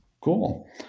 Cool